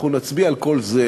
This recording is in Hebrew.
אנחנו נצביע על כל זה,